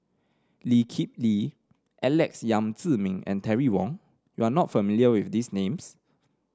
Lee Kip Lee Alex Yam Ziming and Terry Wong You are not familiar with these names